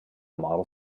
model